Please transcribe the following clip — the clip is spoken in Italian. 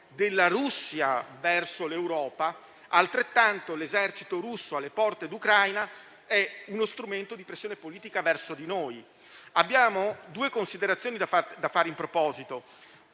della Russia verso l'Europa, allo stesso modo l'esercito russo alle porte dell'Ucraina è uno strumento di pressione politica verso di noi. Abbiamo due considerazioni da fare in proposito.